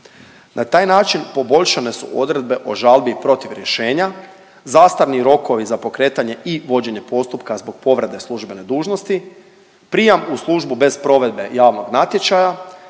Na taj način poboljšane su odredbe o žalbi protiv rješenja, zastarni rokovi za pokretanje i vođenje postupka zbog povrede službene dužnosti, prijam u službu bez provedbe javnog natječaja,